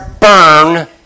burn